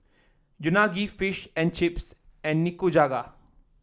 Unagi Fish and Chips and Nikujaga